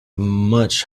much